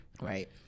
Right